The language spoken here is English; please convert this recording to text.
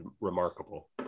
remarkable